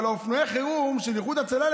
אבל אופנועי חירום של איחוד הצלה,